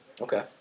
Okay